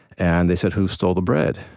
and they said, who stole the bread?